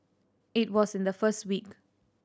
it was in the first week